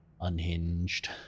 unhinged